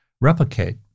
replicate